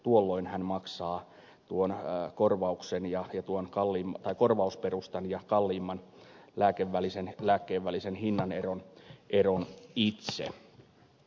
tuolloin hän maksaa tuon korvauksen ja kettu on kalliimmasta korvausperustan ja kalliimman lääkkeen välisen hinnaneron itse